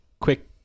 quick